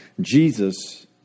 Jesus